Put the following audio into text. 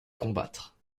combattre